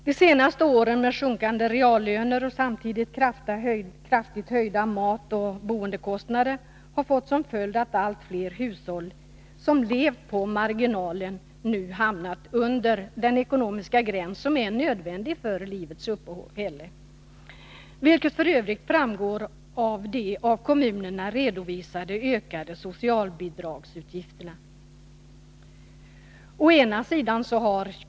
De senaste årens sjunkande reallöner och samtidigt kraftigt höjda matoch boendekostnader har fått som följd att allt fler hushåll som levt på marginalen nu hamnat under den ekonomiska nivå som är nödvändig för livets uppehälle, vilket f. ö. framgår av de av kommunerna redovisade ökade socialbidragsutgifterna.